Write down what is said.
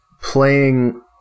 playing